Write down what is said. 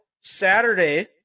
saturday